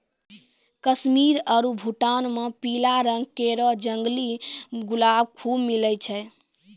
कश्मीर आरु भूटान म पीला रंग केरो जंगली गुलाब खूब मिलै छै